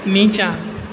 नीचाँ